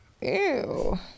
ew